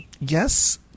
Yes